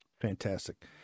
Fantastic